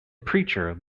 preacher